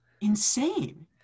insane